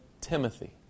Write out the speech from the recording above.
Timothy